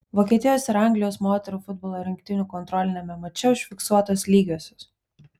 vokietijos ir anglijos moterų futbolo rinktinių kontroliniame mače užfiksuotos lygiosios